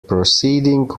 proceeding